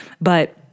but-